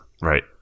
right